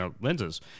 lenses